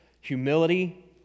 humility